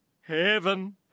Heaven